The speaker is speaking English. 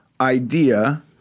idea